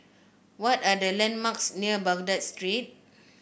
what are the landmarks near Baghdad Street